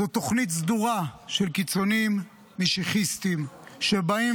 זו תוכנית סדורה של קיצונים משיחסיטים שבאים